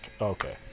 okay